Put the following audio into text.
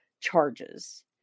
charges